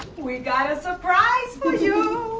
we got a surprise for you!